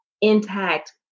intact